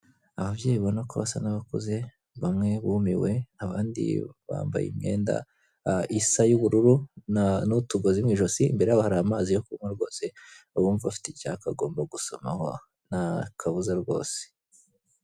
Ababyeyi ubona ko basa n'abakuze, bamwe bumiwe abandi bambaye imyenda isa y'ubururu na n'utugozi mu ijosi, imbere y'abo hari amazi yo kunywa rwose, uwumva afite icyaka agomba gusomaho, nta kabuza rwose.